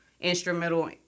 instrumental